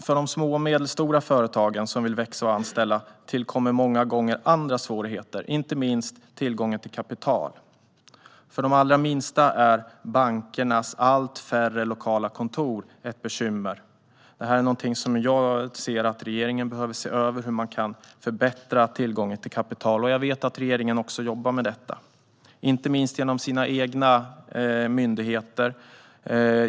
För de små och medelstora företagen som vill växa och anställa tillkommer många gånger andra svårigheter, inte minst när det gäller tillgången till kapital. För de allra minsta är bankernas allt färre lokala kontor ett bekymmer. Jag menar att regeringen behöver se över hur man kan förbättra tillgången till kapital, och jag vet att regeringen också jobbar med detta, inte minst genom sina egna myndigheter.